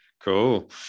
Cool